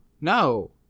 No